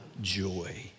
joy